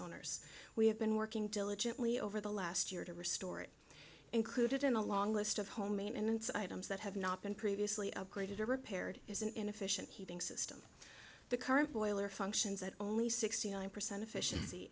owners we have been working diligently over the last year to restore it included in a long list of home maintenance items that have not been previously upgraded or repaired is an inefficient heating system the current boiler functions at only sixty percent efficiency